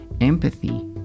Empathy